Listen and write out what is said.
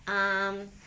um